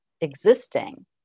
existing